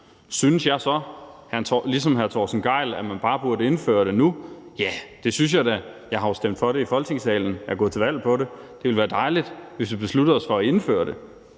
Synes jeg så ligesom hr. Torsten Gejl, at man bare burde indføre det nu? Ja, det synes jeg da. Jeg har jo stemt for det i Folketingssalen, og jeg er gået til valg på det. Det ville være dejligt, hvis vi besluttede os for at indføre det.